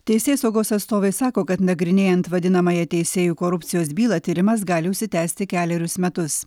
teisėsaugos atstovai sako kad nagrinėjant vadinamąją teisėjų korupcijos bylą tyrimas gali užsitęsti kelerius metus